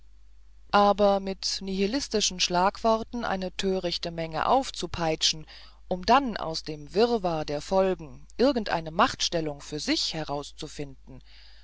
aber mit nihilistischen schlagworten eine törichte menge aufzupeitschen um dann aus dem wirrwarr der folgen irgendeine machtstellung für sich herauszufinden